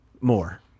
more